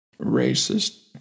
racist